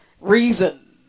reason